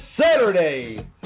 Saturday